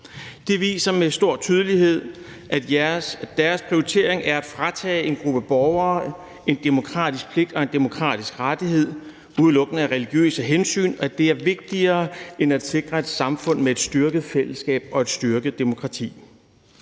Det viser med stor tydelighed, at deres prioritering er at fratage en gruppe borgere en demokratisk pligt og en demokratisk rettighed udelukkende af religiøse hensyn, og at det er vigtigere end at sikre et samfund med et styrket fællesskab og et styrket demokrati.